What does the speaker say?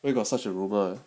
where got such a rumour